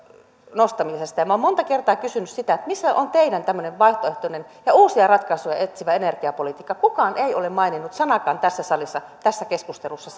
nostamisesta niin minä olen monta kertaa kysynyt sitä missä on tämmöinen teidän vaihtoehtoinen ja uusia ratkaisuja etsivä energiapolitiikkanne kukaan ei ole maininnut sanaakaan tässä salissa tässä keskustelussa